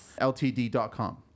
Ltd.com